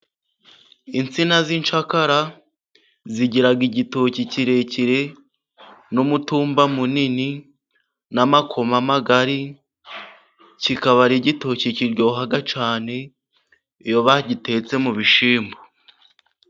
Insina z'inshakara zigira igitoki kirekire n'umutumba munini n'amakoma magari, kikaba ari igitoki kiryoha cyane iyo ba gitetse mu bishyimbo.